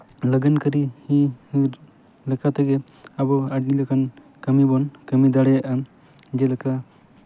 ᱞᱟᱜᱟᱱ ᱠᱟᱹᱨᱤ ᱞᱮᱠᱟ ᱛᱮᱜᱮ ᱟᱵᱚ ᱟᱹᱰᱤ ᱞᱮᱠᱟᱱ ᱠᱟᱹᱢᱤ ᱵᱚᱱ ᱠᱟᱹᱢᱤ ᱫᱟᱲᱮᱭᱟᱜᱼᱟ ᱡᱮᱞᱮᱠᱟ